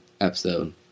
episode